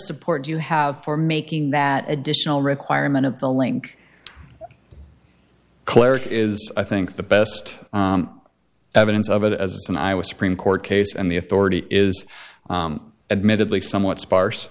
support do you have for making that additional requirement of the link cleric is i think the best evidence of it as an i was supreme court case and the authority is admittedly somewhat sparse